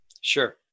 Sure